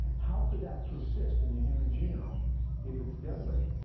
how could that persist in the human genome if it's deadly?